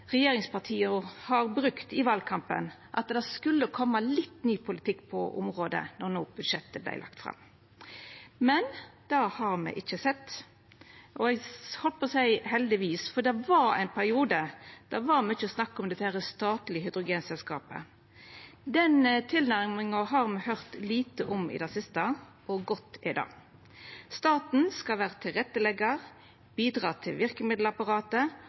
regjeringspartia har brukt i valkampen, at det skulle koma litt ny politikk på området då budsjettet no vart lagt fram, men det har me ikkje sett – og eg heldt på å seia heldigvis, for det var ein periode det var mykje snakk om det statlege hydrogenselskapet. Den tilnærminga har me høyrt lite om i det siste, og godt er det. Staten skal vera tilretteleggjar, bidra til verkemiddelapparatet